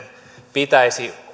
pitäisi